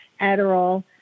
Adderall